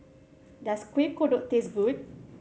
does Kuih Kodok taste good